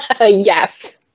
Yes